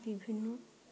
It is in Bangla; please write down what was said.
বিভিন্ন